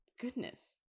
Goodness